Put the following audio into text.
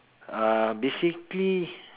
uh basically